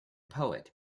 poet